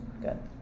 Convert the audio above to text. good